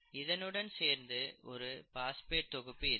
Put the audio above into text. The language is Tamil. இதனுடன் சேர்ந்து ஒரு பாஸ்பேட் தொகுப்பு இருக்கும்